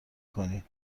کنی